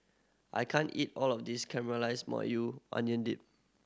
I can't eat all of this Caramelize Maui Onion Dip